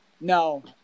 No